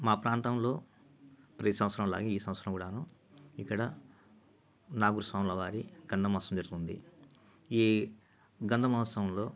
మా ప్రాంతంలో ప్రతి సంవత్సరం లాగే ఈ సంవత్సరం కూడాను ఇక్కడ నాగూరు స్వాములవారి గంధం మహోత్సవం జరుగుతూ ఉంది ఈ గంధం మహోత్సవంలో